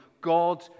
God